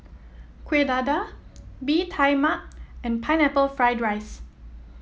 Kuih Dadar Bee Tai Mak and Pineapple Fried Rice